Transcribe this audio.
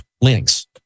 links